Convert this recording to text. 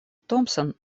томпсон